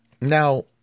Now